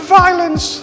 violence